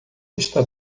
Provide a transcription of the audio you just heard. está